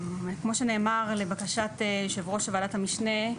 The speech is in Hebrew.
כמו שנאמר לבקשת יושב ראש וועדת המשנה,